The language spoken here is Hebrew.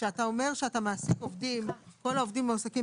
כשאתה אומר שאתה מעסיק עובדים כל העובדים מועסקים